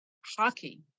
hockey